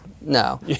no